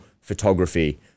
photography